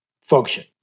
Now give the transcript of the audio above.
function